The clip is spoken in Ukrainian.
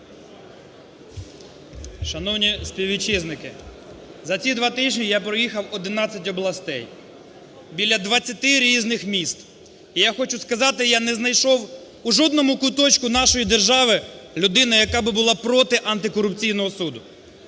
Шановні співвітчизники, за ці два тижні я проїхав 11 областей біля 20 різних міст. Я хочу сказати, я не знайшов у жодному куточку нашої держави людину, яка була б проти антикорупційного суду.